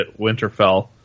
Winterfell